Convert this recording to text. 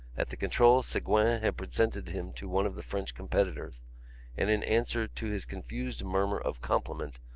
at the control segouin had presented him to one of the french competitors and, in answer to his confused murmur of compliment,